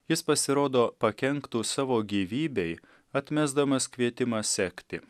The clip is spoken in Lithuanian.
jis pasirodo pakenktų savo gyvybei atmesdamas kvietimą sekti